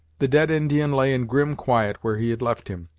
the dead indian lay in grim quiet where he had left him,